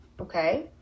okay